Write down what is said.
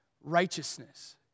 righteousness